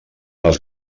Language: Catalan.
les